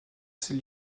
ses